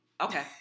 Okay